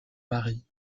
mari